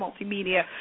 Multimedia